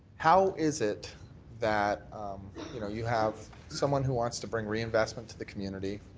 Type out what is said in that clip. how is it that you know you have someone who wants to bring reinvestment to the community,